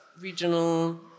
regional